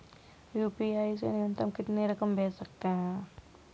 UPI से न्यूनतम कितनी रकम भेज सकते हैं?